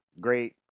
great